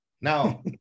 Now